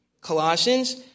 Colossians